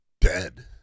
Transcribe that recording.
dead